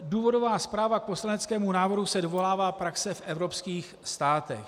Důvodová zpráva k poslaneckému návrhu se dovolává praxe v evropských státech.